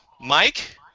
Mike